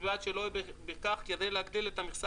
ובלבד שלא יהיה בכך כדי להגדיל את המכסה